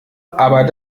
aber